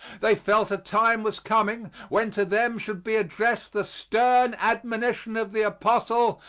they felt a time was coming when to them should be addressed the stern admonition of the apostle,